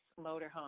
motorhome